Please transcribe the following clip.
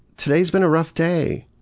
today's been a rough day.